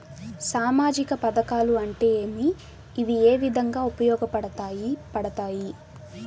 సామాజిక పథకాలు అంటే ఏమి? ఇవి ఏ విధంగా ఉపయోగపడతాయి పడతాయి?